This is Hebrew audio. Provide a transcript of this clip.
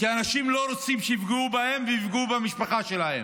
כי אנשים לא רוצים שיפגעו בהם ובמשפחה שלהם.